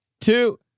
Two